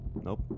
Nope